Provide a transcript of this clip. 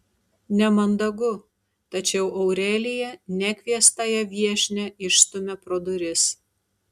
nemandagu tačiau aurelija nekviestąją viešnią išstumia pro duris